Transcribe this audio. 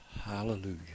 Hallelujah